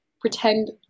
pretend